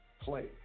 play